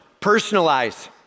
personalize